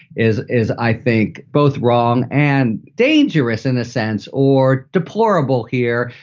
is is, i think, both wrong and dangerous in a sense or deplorable here.